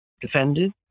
defended